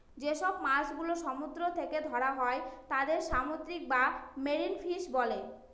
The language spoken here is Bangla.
যেসব মাছ গুলো সমুদ্র থেকে ধরা হয় তাদের সামুদ্রিক বা মেরিন ফিশ বলে